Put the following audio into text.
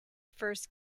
first